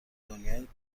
دنیای